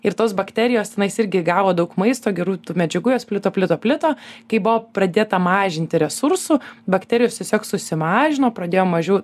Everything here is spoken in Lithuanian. ir tos bakterijos tenais irgi gavo daug maisto gerų medžiagų jos plito plito plito kai buvo pradėta mažinti resursų bakterijos tiesiog susimažino pradėjo mažiau